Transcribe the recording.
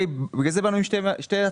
לכן באנו עם שתי הצעות.